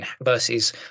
versus